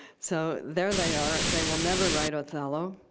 so there they are. they will never write othello.